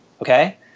Okay